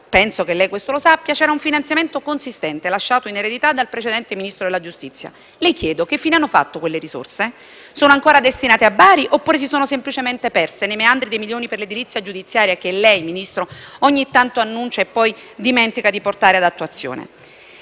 penso che lei questo lo sappia, c'era un finanziamento consistente lasciato in eredità dal precedente Ministro della giustizia. Le chiedo: che fine hanno fatto quelle risorse? Sono ancora destinate a Bari oppure si sono semplicemente perse nei meandri dei milioni per l'edilizia giudiziaria che lei, Ministro, ogni tanto annuncia e poi dimentica di portare ad attuazione?